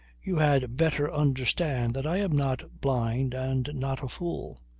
you had better understand that i am not blind and not a fool.